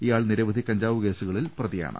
ഇയാൾ നിരവധി കഞ്ചാവു കേസുകളിൽ പ്രതിയാണ്